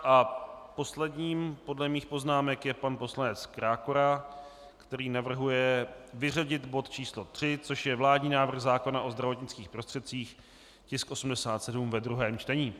A posledním podle mých poznámek je pan poslanec Krákora, který navrhuje vyřadit bod číslo 3, což je vládní návrh zákona o zdravotnických prostředcích, tisk 87 ve druhém čtení.